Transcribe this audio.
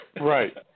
Right